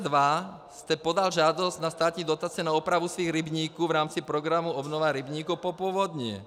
V roce 2002 jste podal žádost na státní dotace na opravu svých rybníků v rámci programu Obnova rybníků po povodni.